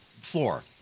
floor